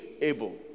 able